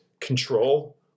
control